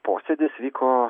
posėdis vyko